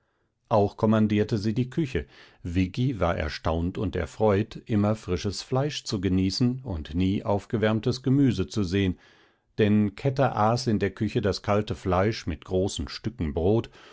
auch kommandierte sie die küche viggi war erstaunt und erfreut immer frisches fleisch zu genießen und nie aufgewärmtes gemüse zu sehen denn kätter aß in der küche das kalte fleisch mit großen stücken brot